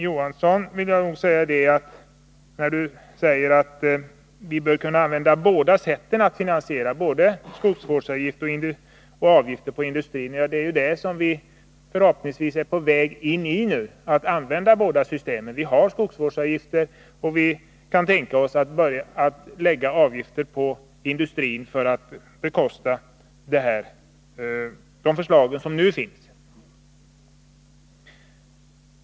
John Andersson sade att vi bör kunna använda båda finansieringssätten, både skogsvårdsavgifter och avgifter på skogsindustrin. Ja, det är ju det systemet — att använda båda sätten — som vi förhoppningsvis är på väg in i nu. Vi har redan skogsvårdsavgifter, och vi kan tänka oss att lägga avgifter på 101 industrin för att bekosta de förslag som nu finns.